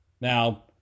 Now